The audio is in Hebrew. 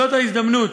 בהזדמנות